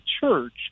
church